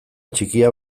txikia